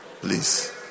Please